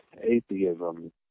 atheism